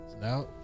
Now